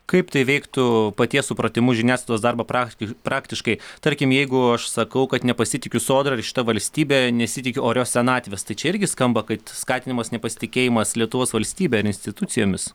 kaip tai veiktų paties supratimu žiniasklaidos darbą prachkiš praktiškai tarkim jeigu aš sakau kad nepasitikiu sodra ir šita valstybe nesitikiu orios senatvės tai čia irgi skamba kad skatinamas nepasitikėjimas lietuvos valstybe institucijomis